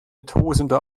tosender